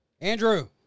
Andrew